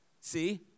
See